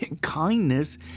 Kindness